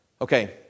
Okay